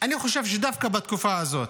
אני חושב שדווקא בתקופה הזאת,